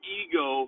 ego